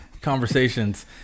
conversations